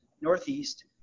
Northeast